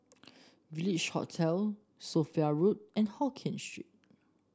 Village Hotel Sophia Road and Hokkien Street